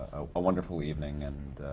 a wonderful evening and